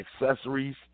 accessories